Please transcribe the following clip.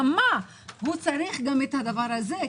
הוא צריך גם את הדבר הזה?